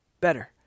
better